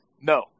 No